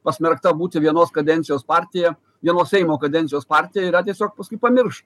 pasmerkta būti vienos kadencijos partija vienos seimo kadencijos partija yra tiesiog paskui pamirš